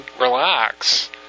relax